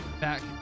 Back